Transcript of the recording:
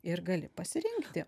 ir gali pasirinkti